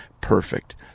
perfect